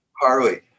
Harley